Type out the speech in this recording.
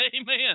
Amen